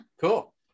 Cool